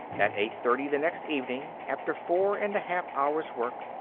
at eight-thirty the next evening, after four and a half hours work,